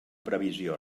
previsió